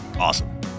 Awesome